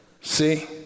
See